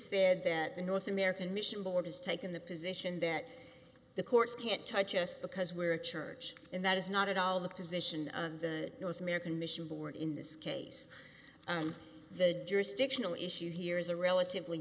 said that the north american mission board has taken the position that the courts can't touch us because we're a church and that is not at all the position of the north american mission board in this case the jurisdictional issue here is a relatively